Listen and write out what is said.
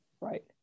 Right